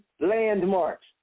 landmarks